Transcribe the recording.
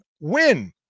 win